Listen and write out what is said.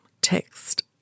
text